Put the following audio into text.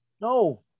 No